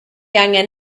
angen